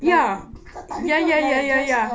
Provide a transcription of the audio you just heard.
ya tak ada ke like just a